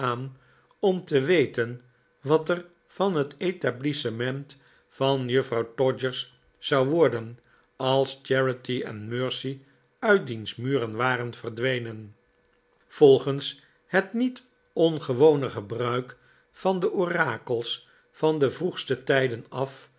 om te weten wat er van het etablissement van juffrouw todgers zou worden als charity en mercy uit diens muren waren verdwenen volgens het niet ongewone gebruik van de orakels van de vroegste tijden af